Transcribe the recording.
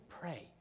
pray